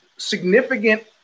significant